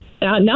Now